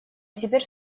теперь